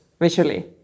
visually